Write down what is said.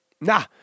Nah